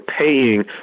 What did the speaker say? paying